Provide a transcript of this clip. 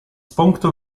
punktu